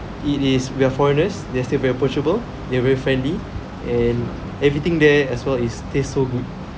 it is we are foreigners they are still very approachable they are very friendly and everything there as well is taste so good